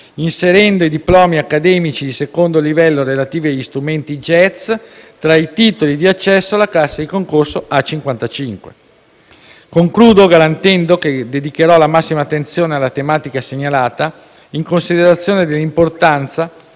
inserendo i diplomi accademici di II livello relativi agli strumenti jazz tra i titoli di accesso alla classe di concorso A-55. Concludo, garantendo che dedicherò la massima attenzione alla tematica segnalata in considerazione dell'importanza